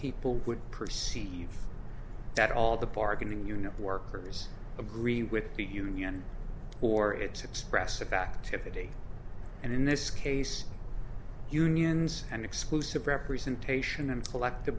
people would perceive that all the bargaining unit workers agree with the union or its express a back to fifty and in this case unions and exclusive representation and collective